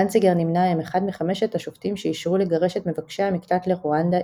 דנציגר נמנה עם אחד מחמשת השופטים שאישרו לגרש את מבקשי המקלט לרואנדה,